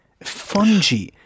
Fungi